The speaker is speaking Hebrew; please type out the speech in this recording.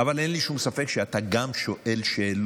אבל אין לי שום ספק שגם אתה שואל שאלות,